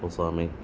சாமி